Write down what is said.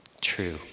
true